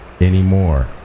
anymore